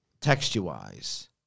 Texture-wise